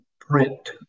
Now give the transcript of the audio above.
print